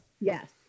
Yes